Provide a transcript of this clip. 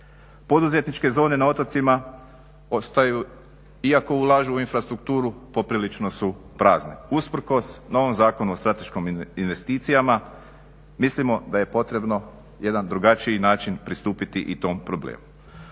Poduzetničke zone na otocima ostaju iako ulažu u infrastrukturu poprilično su prazne. Usprkos novom Zakonu o strateškim investicijama, mislimo da je potrebno jedan drugačiji način pristupiti i tom problemu.